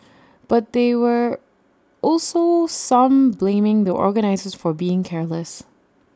but they were also some blaming the organisers for being careless